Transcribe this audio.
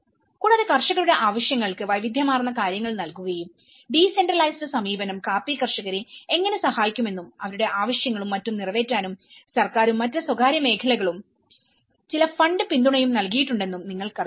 കൂടാതെ കർഷകരുടെ ആവശ്യങ്ങൾക്ക് വൈവിധ്യമാർന്ന കാര്യങ്ങൾ നൽകുകയും ഡീസെൻട്രലൈസ്ഡ് സമീപനം കാപ്പി കർഷകരെ എങ്ങനെ സഹായിക്കുമെന്നും അവരുടെആവശ്യങ്ങളും മറ്റും നിറവേറ്റാനും സർക്കാരും മറ്റ് സ്വകാര്യ മേഖലകളും ചില ഫണ്ട് പിന്തുണയും നൽകിയിട്ടുണ്ടെന്നും നിങ്ങൾക്കറിയാം